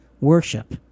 worship